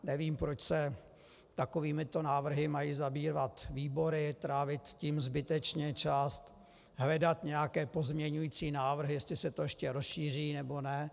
Nevím, proč se takovýmito návrhy mají zabývat výbory, trávit tím zbytečně čas, hledat nějaké pozměňující návrhy, jestli se to ještě rozšíří, nebo ne.